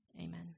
Amen